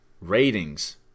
ratings